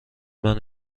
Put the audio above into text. منو